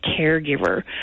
caregiver